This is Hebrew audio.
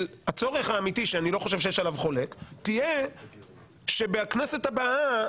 הצורך האמיתי שאני לא חושב שיש עליו חולק תהיה שבכנסת הבאה